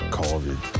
covid